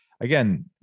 again